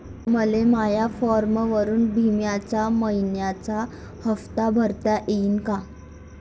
मले माया फोनवरून बिम्याचा मइन्याचा हप्ता भरता येते का?